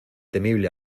temible